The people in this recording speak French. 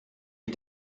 est